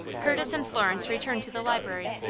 curtis and florence returned to the library.